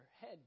head